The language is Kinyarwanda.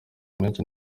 menshi